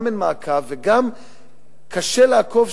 גם אין מעקב,